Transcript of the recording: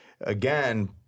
again